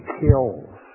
kills